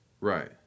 Right